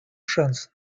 шанс